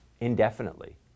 indefinitely